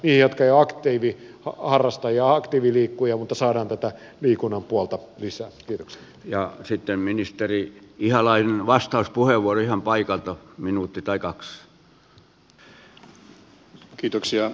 tämäntyyppisillä keinoilla saadaan puututtua tähän niihin jotka eivät ole aktiiviharrastajia aktiiviliikkujia ja saadaan tätä liikunnan puolta lisää